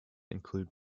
include